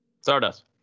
Stardust